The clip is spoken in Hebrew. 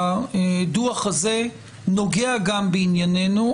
הדוח הזה נוגע גם בענייננו,